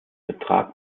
vertrag